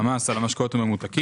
המס על המשקאות הממותקים.